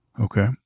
Okay